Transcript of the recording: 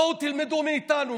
בואו תלמדו מאיתנו.